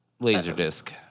Laserdisc